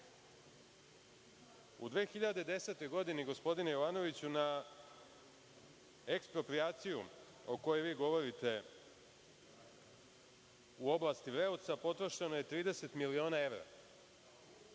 2010. godini, gospodine Jovanoviću, na eksproprijaciju o kojoj vi govorite u oblasti „Vreoca“ potrošeno je 30 miliona evra,